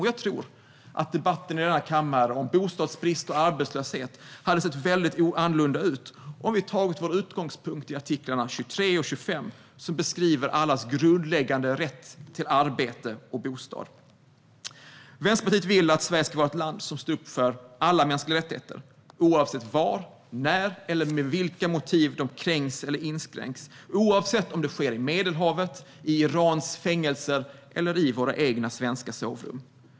Jag tror att debatten i denna kammare om bostadsbrist och arbetslöshet hade sett väldigt annorlunda ut om vi hade tagit vår utgångspunkt i artiklarna 23 och 25, som beskriver allas grundläggande rätt till arbete och bostad. Vänsterpartiet vill att Sverige ska vara ett land som står upp för alla mänskliga rättigheter, oavsett var, när eller med vilka motiv de kränks eller inskränks - oavsett om det sker på Medelhavet, i Irans fängelser eller i våra egna svenska sovrum.